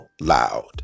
loud